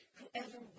Whoever